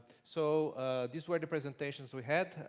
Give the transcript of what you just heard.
so these were the presentations we had.